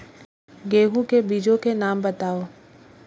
गेहूँ के बीजों के नाम बताओ?